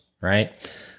right